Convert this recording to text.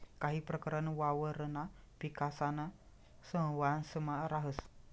काही प्रकरण वावरणा पिकासाना सहवांसमा राहस